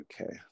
Okay